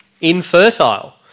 infertile